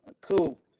Cool